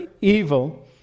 evil